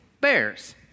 bears